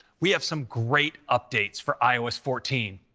we have some great updates for ios fourteen.